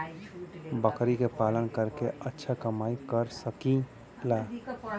बकरी के पालन करके अच्छा कमाई कर सकीं ला?